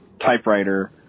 typewriter